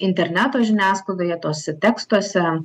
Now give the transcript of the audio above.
interneto žiniasklaidoje tuose tekstuose